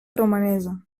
romanesa